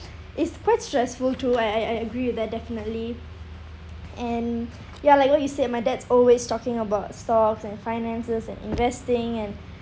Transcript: it's quite stressful too I I I agree with that definitely and ya like what you said my dad's always talking about stocks and finances and investing and